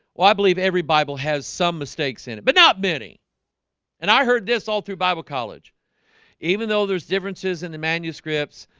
well, i believe every bible has some mistakes in it, but not many and i heard this all through bible college even though there's differences in the manuscripts.